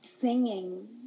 singing